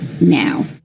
now